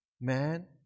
Man